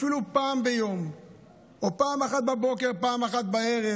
אפילו פעם ביום או פעם אחת בבוקר ופעם אחת בערב,